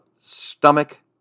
stomach